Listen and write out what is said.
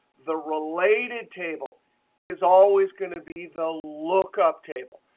the related table is always going to be the lookup table.